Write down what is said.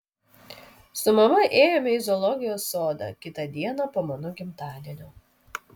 su mama ėjome į zoologijos sodą kitą dieną po mano gimtadienio